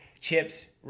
chips